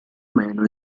meno